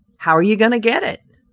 how are you going to get it?